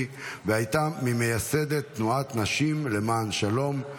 והייתה ממייסדות תנועת נשים למען שלום.